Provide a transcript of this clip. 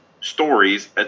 stories